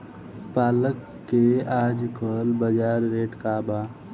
पालक के आजकल बजार रेट का बा?